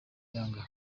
yanga